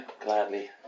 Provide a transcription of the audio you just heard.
gladly